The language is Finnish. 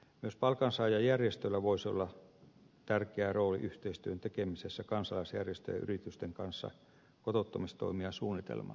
myös palkansaajajärjestöllä voisi olla tärkeä rooli yhteistyön tekemisessä kansalaisjärjestöjen ja yritysten kanssa kotouttamistoimia suunniteltaessa